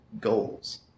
Goals